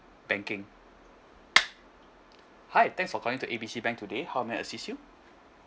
banking hi thanks for calling to A B C bank today how may I assist you